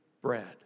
bread